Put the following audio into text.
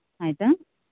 ಆಯಿತಾ